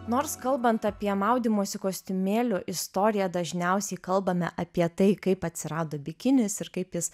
nors kalbant apie maudymosi kostiumėlių istoriją dažniausiai kalbame apie tai kaip atsirado bikinis ir kaip jis